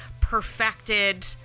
perfected